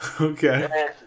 Okay